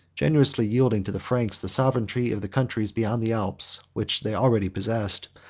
generously yielding to the franks the sovereignty of the countries beyond the alps, which they already possessed,